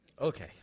Okay